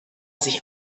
sich